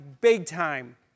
big-time